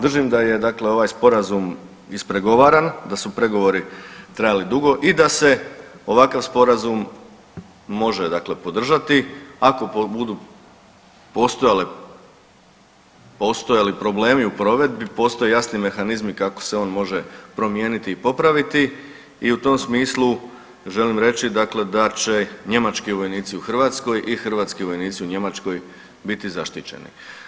Držim da je, dakle ovaj Sporazum ispregovaran, da su pregovori trajali dugo i da se ovakav Sporazum može dakle podržati, ako budu postojale, postajali problemi u provedbi, postoje jasni mehanizmi kako se on može promijeniti i popraviti i u tom smislu želim reći dakle da će njemački vojnici u Hrvatskoj i hrvatski vojnici u Njemačkoj biti zaštićeni.